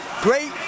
great